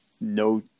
no